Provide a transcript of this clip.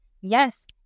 yes